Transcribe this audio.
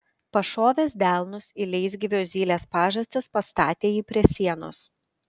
pašovęs delnus į leisgyvio zylės pažastis pastatė jį prie sienos